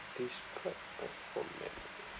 describe a fond memory